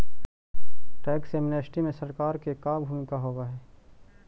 tax amnesty में सरकार के का भूमिका होव हई